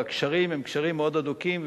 והקשרים הם קשרים מאוד הדוקים,